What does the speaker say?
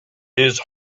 his